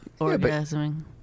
orgasming